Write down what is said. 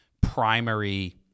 primary